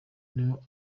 niho